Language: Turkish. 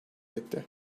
etti